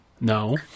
No